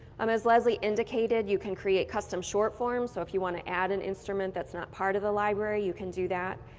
um as leslie indicated, you can create custom short forms so if you want to add an instrument that's not part of the library, you can do that.